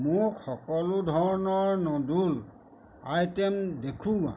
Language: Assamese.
মোক সকলো ধৰণৰ নুডল আইটে'ম দেখুওৱা